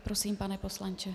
Prosím, pane poslanče.